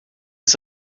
ist